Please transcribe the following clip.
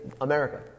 America